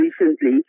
recently